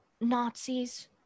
Nazis